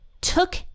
took